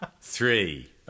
Three